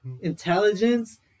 intelligence